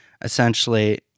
essentially